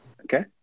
okay